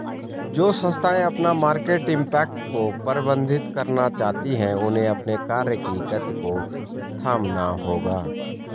जो संस्थाएं अपना मार्केट इम्पैक्ट को प्रबंधित करना चाहती हैं उन्हें अपने कार्य की गति को थामना होगा